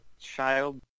child